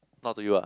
not to you ah